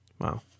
Wow